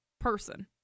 person